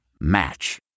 Match